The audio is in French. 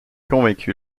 convaincu